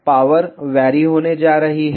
power vary होने जा रही है